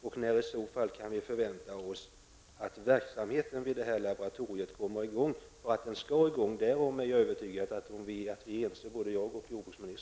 Och när kan vi i så fall förvänta att verksamheten vid laboratoriet kommer i gång? Att den skall i gång är jag övertygad om att jordbruksministern och jag är ense om.